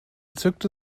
zückte